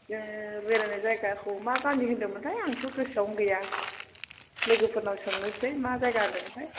जोङो बेरायनाय जायगाखौ मा गामि होनदोंमोनथाय आंथ' गोसोआवनो गैया लोगोफोरनाव सोंनोसै मा जायगा होनदोंमोनथाय